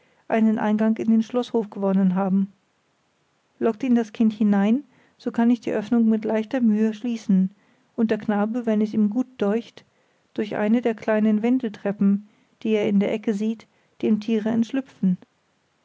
einen eingang in den schloßhof gewonnen haben lockt ihn das kind hinein so kann ich die öffnung mit leichter mühe schließen und der knabe wenn es ihm gut deucht durch eine der kleinen wendeltreppen die er in der ecke sieht dem tiere entschlüpfen